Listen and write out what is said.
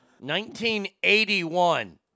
1981